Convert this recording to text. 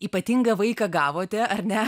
ypatingą vaiką gavote ar ne